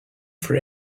for